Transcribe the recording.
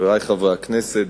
חברי חברי הכנסת,